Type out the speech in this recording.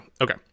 Okay